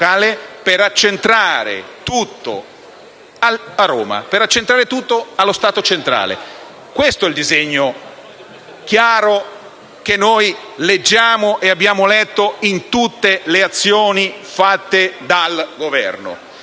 per accentrare tutto a Roma e nello Stato centrale. Questo è il disegno chiaro che noi leggiamo e che abbiamo letto in tutte le azioni fatte dal Governo.